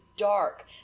dark